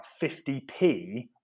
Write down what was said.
50p